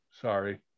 Sorry